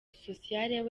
social